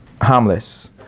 harmless